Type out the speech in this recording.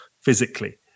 physically